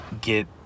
get